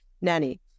nanny